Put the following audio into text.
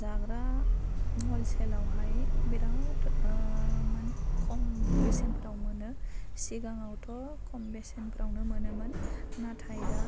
जाग्रा हलसेलावहाय बिराद माने खम बेसेनफोराव मोनो सिगाङावथ' खम बेसेनफ्रावनो मोनोमोन नाथाय दा